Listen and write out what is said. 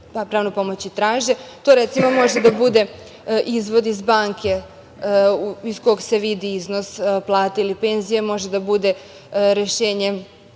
pravnu pomoć i traže. To recimo može da bude izvod iz banke iz kog se vidi iznos plate ili penzije, može da bude rešenje